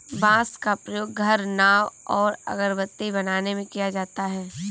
बांस का प्रयोग घर, नाव और अगरबत्ती बनाने में किया जाता है